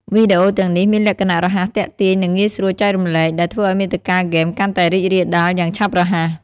វីដេអូទាំងនេះមានលក្ខណៈរហ័សទាក់ទាញ និងងាយស្រួលចែករំលែក ដែលធ្វើឱ្យមាតិកាហ្គេមកាន់តែរីករាលដាលយ៉ាងឆាប់រហ័ស។